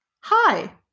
hi